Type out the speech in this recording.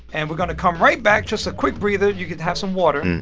and we're going to come right back, just a quick breather. you can have some water.